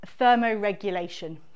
thermoregulation